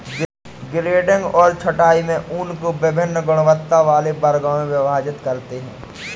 grading और छँटाई में ऊन को वभिन्न गुणवत्ता वाले वर्गों में विभाजित करते हैं